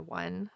one